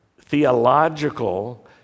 theological